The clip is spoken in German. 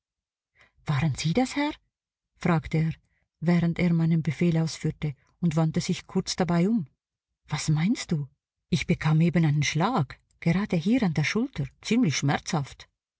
waren sie das herr fragte er während er meinen befehl ausführte und wandte sich kurz dabei um was meinst du ich bekam eben einen schlag gerade hier an der schulter ziemlich schmerzhaft